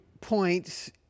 points